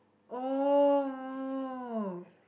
oh